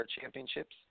championships